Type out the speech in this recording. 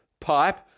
pipe